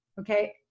okay